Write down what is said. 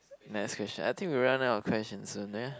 next question I think we run out of question soon ya